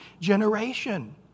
generation